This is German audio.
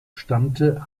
stammte